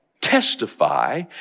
testify